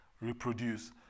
reproduce